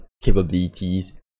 capabilities